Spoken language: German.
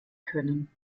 können